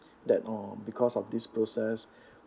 that uh because of this process